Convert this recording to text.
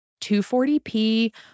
240p